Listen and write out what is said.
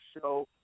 show